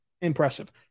impressive